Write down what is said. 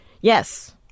Yes